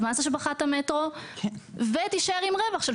את מס השבחת המטרו ותישאר עם רווח של